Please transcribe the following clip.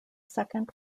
second